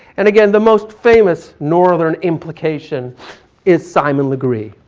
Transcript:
and again, the most famous northern implication is simon legree